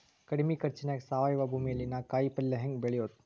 ಕಡಮಿ ಖರ್ಚನ್ಯಾಗ್ ಸಾವಯವ ಭೂಮಿಯಲ್ಲಿ ನಾನ್ ಕಾಯಿಪಲ್ಲೆ ಹೆಂಗ್ ಬೆಳಿಯೋದ್?